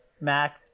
Mac